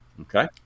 Okay